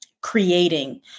creating